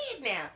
now